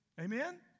Amen